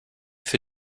für